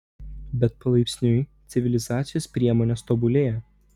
bet palaipsniui civilizacijos priemonės tobulėjo